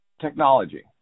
Technology